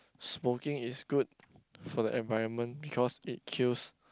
smoking is good for the environment because it kills